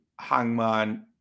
Hangman